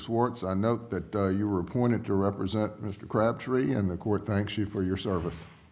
swartz i know that you were appointed to represent mr crabtree in the court thanks you for your service